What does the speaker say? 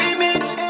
Image